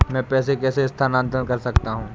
मैं पैसे कैसे स्थानांतरण कर सकता हूँ?